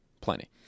Plenty